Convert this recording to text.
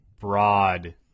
broad